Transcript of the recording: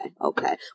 okay